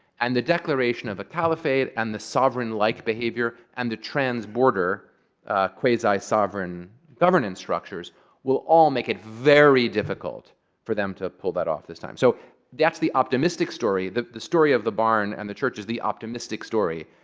and the declaration of a caliphate, and the sovereign-like behavior, and the trans-border, quasi-sovereign governance structures will all make it very difficult for them to pull that off this time. so that's the optimistic story. the the story of the barn and the church is the optimistic story.